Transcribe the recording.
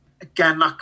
Again